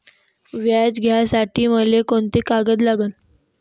व्याज घ्यासाठी मले कोंते कागद लागन?